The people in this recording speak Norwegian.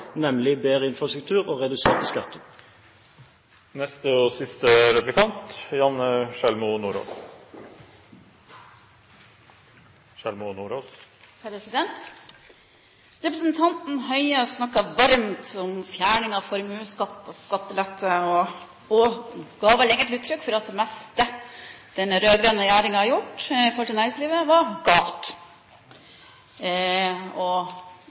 Representanten Høie har snakket varmt om fjerning av formuesskatt og skattelette og ga vel egentlig uttrykk for at det meste denne rød-grønne regjeringen har gjort i forhold til næringslivet, var galt.